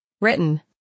written